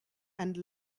and